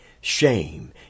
Shame